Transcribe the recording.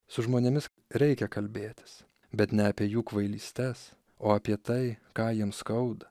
su žmonėmis reikia kalbėtis bet ne apie jų kvailystes o apie tai ką jiems skauda